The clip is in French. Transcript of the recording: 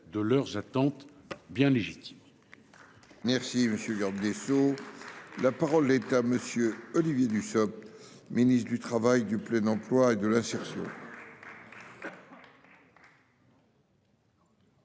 de leurs attentes bien légitime.